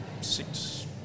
six